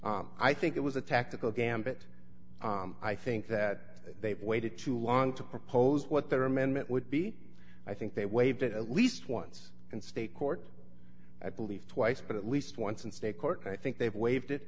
e i think it was a tactical gambit i think that they waited too long to propose what their amendment would be i think they waived that at least once and state court i believe twice but at least once in state court i think they've waived it